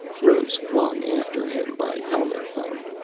rose flung after him by helmet phone.